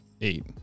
eight